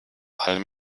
allem